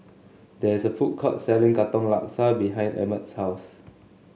there is a food court selling Katong Laksa behind Emmet's house